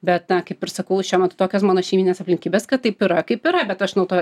bet na kaip ir sakau šiuo metu tokios mano šeiminės aplinkybės kad taip yra kaip yra bet aš nuo to